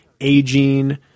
aging